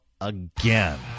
again